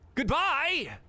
Goodbye